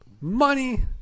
money